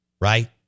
Right